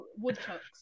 woodchucks